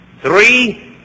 Three